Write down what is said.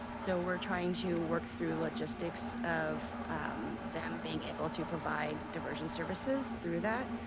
so we're trying to work through logistics of them being able to provide diversion services through that.